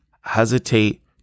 hesitate